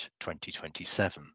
2027